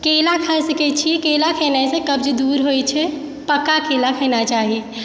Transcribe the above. केला खा सकैत छी केला खेनयसँ कब्ज दूर होयत छै पका केला खेनाइ चाही